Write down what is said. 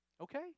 Okay